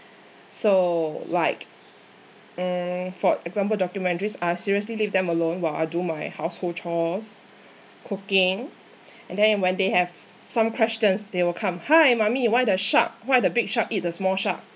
so like um for example documentaries I'll seriously leave them alone while I do my household chores cooking and then when they have some questions they will come hi mommy why the shark why the big shark eat the small shark